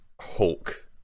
hulk